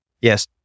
yes